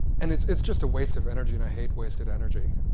and it's it's just a waste of energy, and i hate wasted energy.